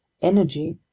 energy